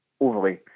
overly